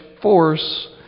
force